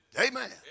Amen